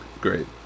Great